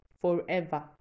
forever